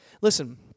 Listen